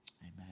Amen